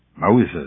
Moses